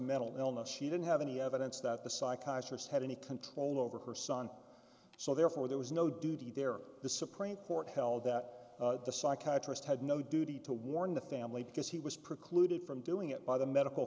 mental illness she didn't have any evidence that the psychologist had any control over her son so therefore there was no duty there the supreme court held that the psychiatry had no duty to warn the family because he was precluded from doing it by the medical